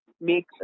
make